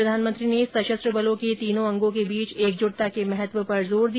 प्रधानमंत्री ने सशस्त्र बलों के तीनों अंगों के बीच एकजुटता के महत्व पर जोर दिया